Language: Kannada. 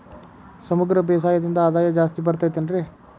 ಸಮಗ್ರ ಬೇಸಾಯದಿಂದ ಆದಾಯ ಜಾಸ್ತಿ ಬರತೈತೇನ್ರಿ?